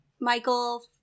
Michael